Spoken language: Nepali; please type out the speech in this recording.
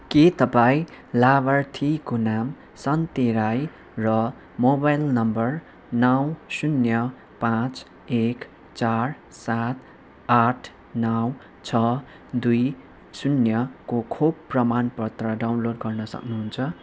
के तपाईँँ लाभार्थीको नाम सन्ते राई र मोबाइल नम्बर नौ शून्य पाँच एक चार सात आठ नौ छ दुई शून्यको खोप प्रमाणपत्र डाउनलोड गर्न सक्नुहुन्छ